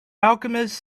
alchemist